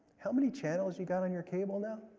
how many channels you got on your cable now?